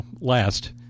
last